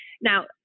Now